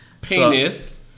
Penis